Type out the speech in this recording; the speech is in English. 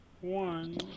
one